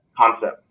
concept